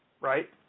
right